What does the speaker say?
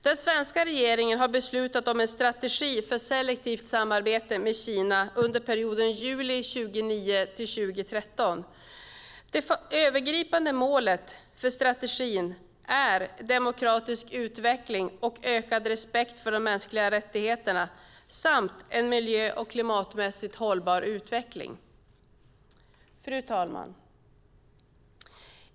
Den svenska regeringen har beslutat om en strategi för selektivt samarbete med Kina under perioden juli 2009-2013. Det övergripande målet för strategin är demokratisk utveckling och ökad respekt för de mänskliga rättigheterna samt en miljö och klimatmässigt hållbar utveckling. Fru talman!